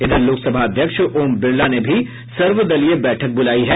इधर लोकसभा अध्यक्ष ओम बिरला ने भी सर्वदलीय बैठक बुलाई है